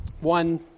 one